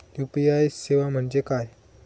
UPI सेवा म्हणजे काय?